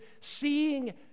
seeing